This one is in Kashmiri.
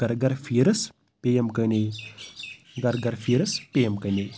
گَر گَر پھیٖرٕس پیٚیَم کَنے گَر گَر پھیٖرٕس پیٚیَم کَنے